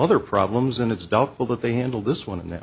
other problems and it's doubtful that they handle this one and